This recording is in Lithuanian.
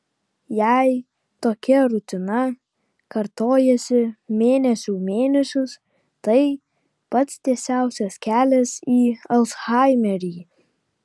jei tokia rutina kartojasi mėnesių mėnesius tai pats tiesiausias kelias į alzhaimerį